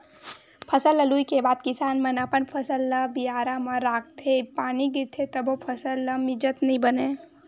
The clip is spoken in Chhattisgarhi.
फसल ल लूए के बाद किसान मन अपन फसल ल बियारा म राखथे, पानी गिरथे तभो फसल ल मिजत नइ बनय